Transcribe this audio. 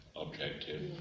objective